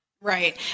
Right